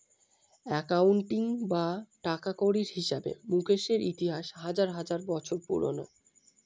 accounting বা টাকাকড়ির হিসাবে মুকেশের ইতিহাস হাজার হাজার বছর পুরোনো